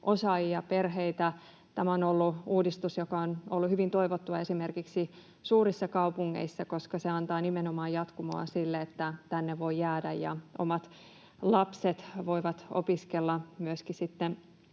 osaajia ja perheitä, tämä on ollut uudistus, joka on ollut hyvin toivottu esimerkiksi suurissa kaupungeissa, koska se antaa nimenomaan jatkumoa sille, että tänne voi jäädä ja omat lapset voivat opiskella myöskin sitten